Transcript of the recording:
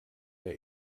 der